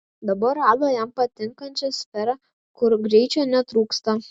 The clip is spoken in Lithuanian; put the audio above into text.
dabar rado jam patinkančią sferą kur greičio netrūksta